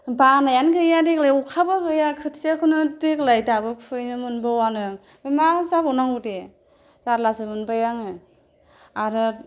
बानायानो गैया देग्लाय अखाबो गैया खोथियाखौनो देग्लाय दाबो फुहैनो मोनबावानो मा जाबावनांगौ दे जारलासो मोनबाय आङो आरो